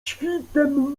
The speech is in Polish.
świtem